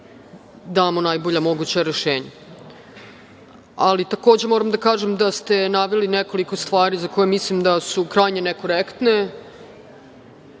damo najbolja moguća rešenja. Takođe moram da kažem da ste naveli nekoliko stvari za koje mislim da su krajnje nekorektne,